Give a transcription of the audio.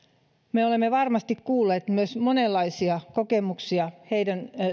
me olemme varmasti kuulleet myös monenlaisia kokemuksia heidän